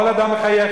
כל אדם מחייך.